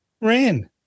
ran